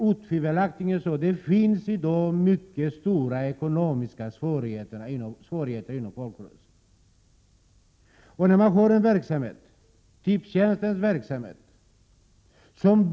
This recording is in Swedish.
Otvivelaktigt finns det i dag mycket stora ekonomiska svårigheter inom folkrörelserna.